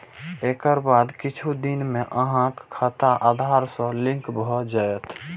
एकर बाद किछु दिन मे अहांक खाता आधार सं लिंक भए जायत